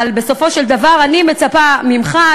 אבל בסופו של דבר אני מצפה ממך,